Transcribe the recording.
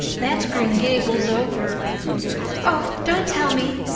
that's green gables over oh, don't tell me,